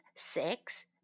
Six